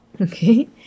Okay